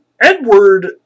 Edward